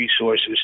resources